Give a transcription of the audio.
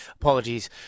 apologies